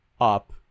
up